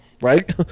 right